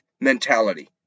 mentality